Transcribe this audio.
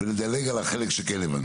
ולדלג על החלק שכן הבנתי.